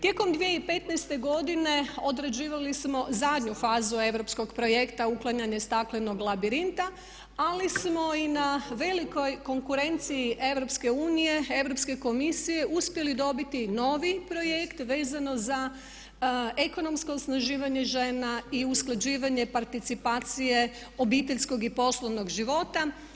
Tijekom 2015. godine odrađivali smo zadnju fazu europskog projekta „Uklanjanje staklenog labirinta“, ali smo i na velikoj konkurenciji EU, Europske komisije uspjeli dobiti novi projekt vezano za ekonomsko osnaživanje žena i usklađivanje participacije obiteljskog i poslovnog života.